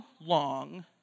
long